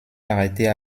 arrêter